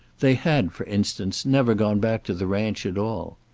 they had, for instance, never gone back to the ranch at all.